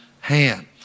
hand